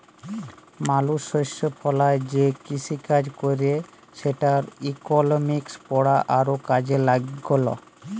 মালুস শস্য ফলায় যে কিসিকাজ ক্যরে সেটর ইকলমিক্স পড়া আরও কাজে ল্যাগল